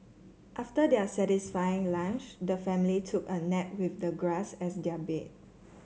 after their satisfying lunch the family took a nap with the grass as their bed